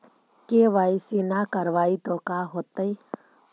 KYC न करवाई तो का हाओतै?